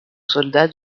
soldats